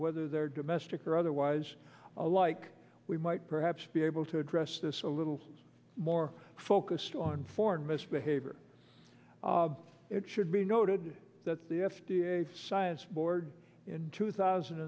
whether they're domestic or otherwise alike we might perhaps be able to address this a little more focused on foreign misbehavior it should be noted that the f d a science board in two thousand